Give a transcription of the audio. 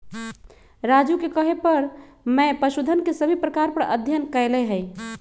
राजू के कहे पर मैं पशुधन के सभी प्रकार पर अध्ययन कैलय हई